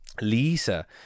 Lisa